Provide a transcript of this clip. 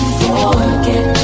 forget